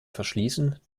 verschließen